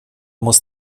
muss